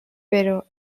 però